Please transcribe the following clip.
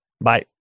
Bye